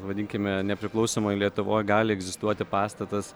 vadinkime nepriklausomoj lietuvoj gali egzistuoti pastatas